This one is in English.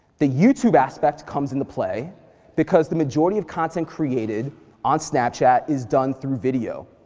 the youtube aspect comes into play because the majority of content created on snapchat is done through video.